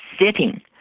sitting